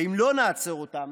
אם לא נעצור אותם,